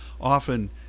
often